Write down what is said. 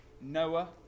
Noah